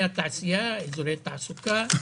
ארנונה לרשות המקומית, זה ייתן צמיחה לכל